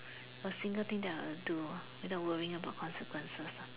a single thing that I will do without worrying about consequences ah